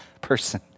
person